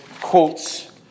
quotes